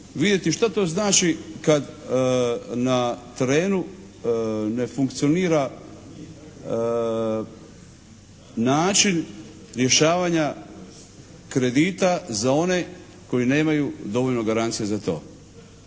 vidjeti šta to znači kad na terenu ne funkcionira način rješavanja kredita za one koji nemaju dovoljno garancije za to.